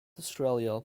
australia